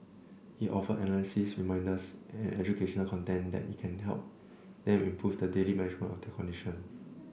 it offers analyses reminders and educational content that can help them improve the daily management of their condition